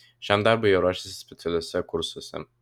šiam darbui jie ruošiasi specialiuose kursuose